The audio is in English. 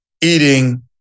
eating